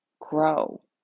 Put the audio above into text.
grow